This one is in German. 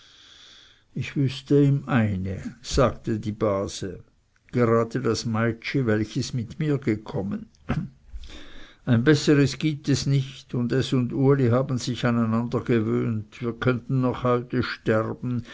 ich wüßte ihm eine sagte die base gerade das meitschi welches mit nur gekommen ein besseres gibt es nicht und es und uli haben sich an einander gewöhnt wir könnten noch heute sterben